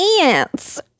Ants